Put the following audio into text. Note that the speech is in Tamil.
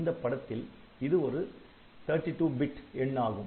இந்தப்படத்தில் இது ஒரு 32 பிட் எண்ணாகும்